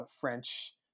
french